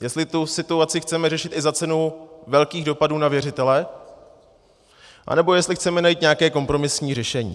Jestli tu situaci chceme řešit i za cenu velkých dopadů na věřitele, nebo jestli chceme najít nějaké kompromisní řešení.